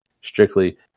strictly